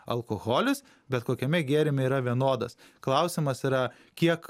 alkoholis bet kokiame gėrime yra vienodas klausimas yra kiek